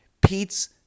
Pete's